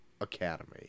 Academy